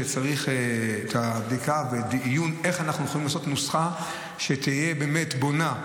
שצריך את הבדיקה ואת הדיון איך אנחנו יכולים לעשות נוסחה שתהיה בונה,